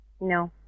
No